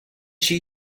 she